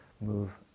move